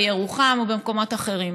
בירוחם או במקומות אחרים.